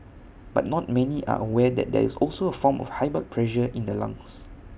but not many are aware that there is also A form of high blood pressure in the lungs